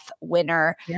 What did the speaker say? winner